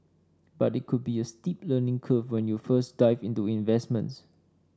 but it could be a steep learning curve when you first dive into investments